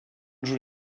joue